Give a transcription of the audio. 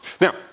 Now